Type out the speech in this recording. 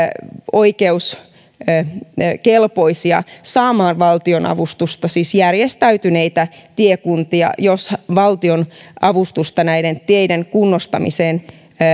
oikeuskelpoisia saamaan valtionavustusta siis järjestäytyneitä tiekuntia jos valtion avustusta näiden teiden kunnostamiseen